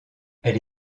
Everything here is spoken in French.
elle